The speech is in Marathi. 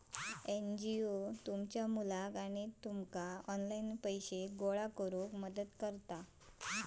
एन.जी.ओ तुमच्या मुलाक आणि तुमका ऑनलाइन पैसे गोळा करूक मदत करतत